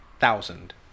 thousand